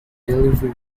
delivery